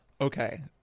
Okay